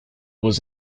was